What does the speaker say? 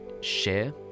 share